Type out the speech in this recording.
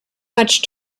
much